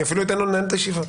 אני אפילו אתן לו לנהל את הישיבה.